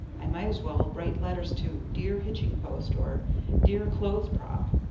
i might as well write letters to dear hitching-post or dear clothes-prop.